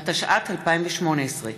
התשע"ט 2018,